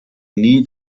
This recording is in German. nie